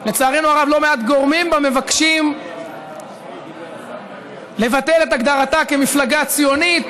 ולצערנו הרב לא מעט גורמים בה מבקשים לבטל את הגדרתה כמפלגה ציונית,